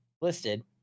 listed